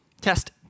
Test